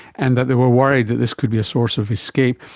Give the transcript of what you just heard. and that they were worried that this could be a source of escape.